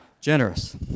Generous